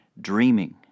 dreaming